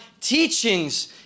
teachings